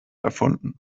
erfunden